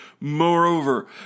Moreover